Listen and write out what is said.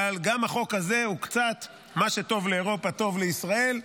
אבל גם החוק הזה הוא קצת "מה שטוב לאירופה טוב לישראל",